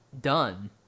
done